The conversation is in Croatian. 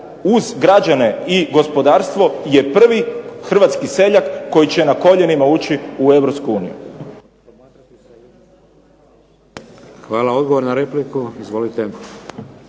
uz građane i gospodarstvo je prvi hrvatski seljak koji će na koljenima ući u